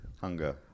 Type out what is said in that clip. hunger